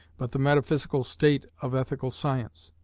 but the metaphysical state of ethical science?